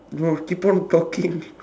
they will keep on talking